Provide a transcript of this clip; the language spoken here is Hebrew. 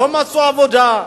לא מצאו עבודה,